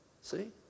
See